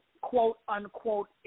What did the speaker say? quote-unquote